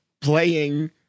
playing